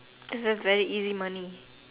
is a very easy money